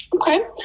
okay